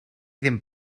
ddim